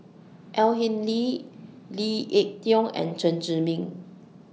Au Hing Yee Lee Ek Tieng and Chen Zhiming